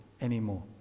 anymore